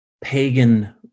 pagan